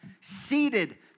seated